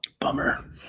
bummer